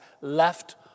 left